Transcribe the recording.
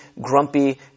grumpy